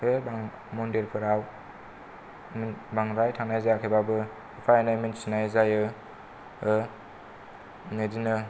बे मन्दिरफोराव बांद्राय थानाय जायाखैबाबो फ्रायनो मोनथिनाय जायो बिदिनो